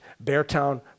Beartown